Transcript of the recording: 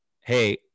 hey